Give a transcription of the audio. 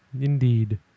Indeed